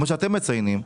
כמו שאתם מציינים,